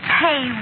hey